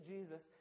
Jesus